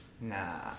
Nah